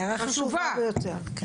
הערה חשובה ביותר, כן.